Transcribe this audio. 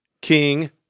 King